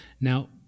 Now